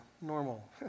normal